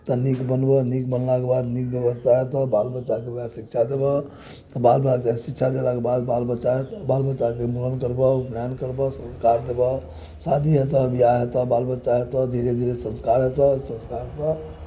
तऽ नीक बनबह नीक बनलाक बाद नीक व्यवस्था हेतह बाल बच्चाकेँ नीक शिक्षा देबह बाल बच्चाकेँ शिक्षा देलाक बाद बाल बच्चा हेतह बाल बच्चाके मूड़न करबह उपनयन करबह संस्कार देबह शादी हेतह विवाह हेतह बाल बच्चा हेतह धीरे धीरे सभ ठाढ़ हेतह सभ ठाढ़ हेतह